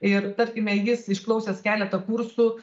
ir tarkime jis išklausęs keletą kursų